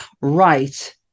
Right